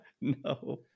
No